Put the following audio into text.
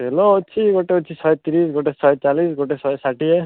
ତେଲ ଅଛି ଗୋଟେ ଅଛି ଶହେତିରିଶ ଗୋଟେ ଅଛି ଶହେଚାଳିଶ ଗୋଟେ ଶହେଷାଠିଏ